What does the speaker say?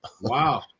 Wow